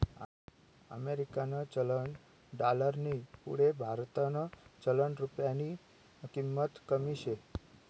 अमेरिकानं चलन डालरनी पुढे भारतनं चलन रुप्यानी किंमत कमी शे